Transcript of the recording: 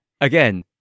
again